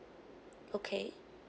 okay